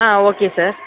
ah okay sir